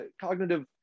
cognitive